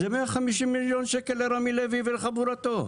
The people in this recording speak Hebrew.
זה 150 מיליון ₪ לרמי לוי ולחבורתו,